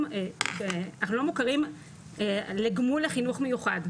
הזה אנחנו לא מוכרים לגמול החינוך המיוחד.